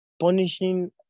punishing